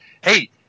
hey